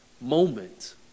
moment